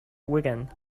wigan